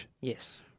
Yes